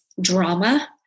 drama